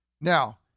Now